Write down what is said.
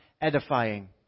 edifying